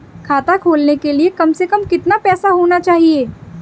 खाता खोलने के लिए कम से कम कितना पैसा होना चाहिए?